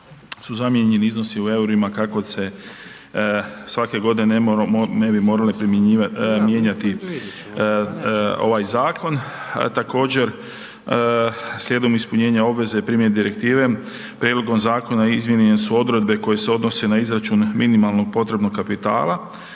su zamijenjeni iznosima u eurima kako se svake godine ne bi morale mijenjati ovaj zakon. Također, slijedom ispunjenja obveze primjene direktive, prijedlogom zakona izmijenjene su odredbe koje se odnose na izračun minimalnog potrebnog kapitala,